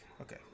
Okay